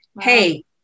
Hey